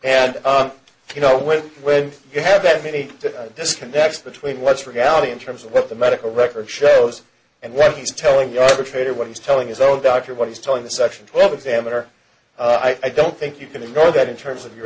and you know when when you have that many disconnect between what's reality in terms of what the medical record shows and what he's telling you are afraid of what he's telling his own doctor what he's telling the section twelve examiner i don't think you can ignore that in terms of your